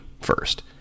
first